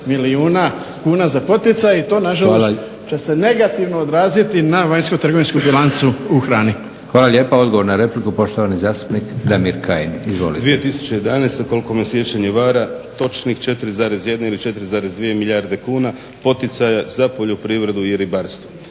milijuna kuna za poticaje i to nažalost će se negativno odraziti na vanjsko trgovinsku bilancu u hrani. **Leko, Josip (SDP)** Hvala lijepo. Odgovor na repliku poštovani zastupnik Damir Kajin. Izvolite. **Kajin, Damir (Nezavisni)** 2011.koliko me sjećanje vara točno 4,1 ili 4,2 milijarde kuna poticaja za poljoprivredu i ribarstvo.